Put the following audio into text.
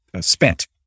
spent